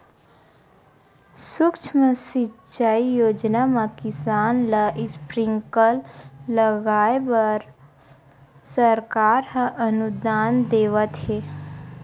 सुक्ष्म सिंचई योजना म किसान ल स्प्रिंकल लगाए बर सरकार ह अनुदान देवत हे